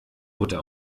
butter